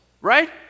Right